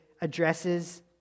addresses